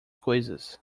coisas